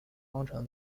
方程